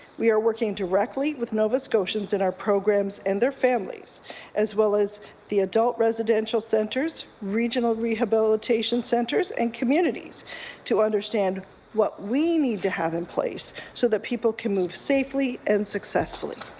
we are work directly with nova scotians in our programs and their families as well as the adult residential centers, regional rehabilitation centers and communities to understand what we need to have in place so that people can move safely and successfully,